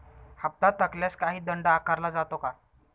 हप्ता थकल्यास काही दंड आकारला जातो का?